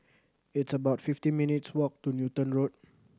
it's about fifty minutes' walk to Newton Road